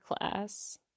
class